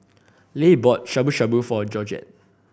Leigh bought Shabu Shabu for Georgette